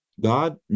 God